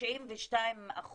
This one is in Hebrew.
92%